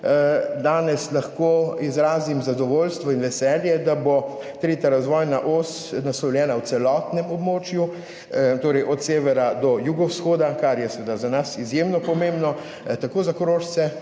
Danes lahko izrazim zadovoljstvo in veselje, da bo tretja razvojna os naslovljena v celotnem območju, torej od severa do jugovzhoda, kar je seveda za nas izjemno pomembno, tako za Korošce